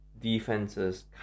defenses